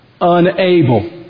Unable